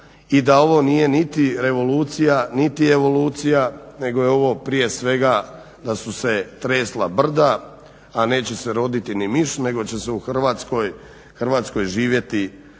i da ovo nije niti revolucija niti evolucija nego je ovo prije svega da su se tresla brda a neće se roditi ni miš nego će se u Hrvatskoj živjeti